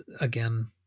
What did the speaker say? again